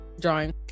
Drawing